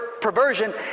perversion